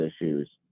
issues